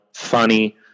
funny